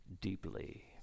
deeply